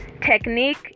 technique